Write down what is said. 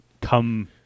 come